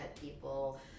people